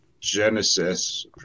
Genesis